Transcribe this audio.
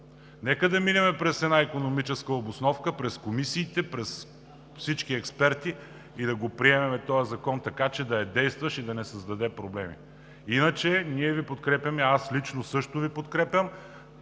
Нека да минем през една икономическа обосновка, през комисиите, през всички експерти и да приемем този закон така, че да е действащ и да не създаде проблеми. Иначе ние Ви подкрепяме, аз лично също Ви подкрепям.